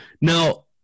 Now